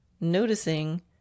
noticing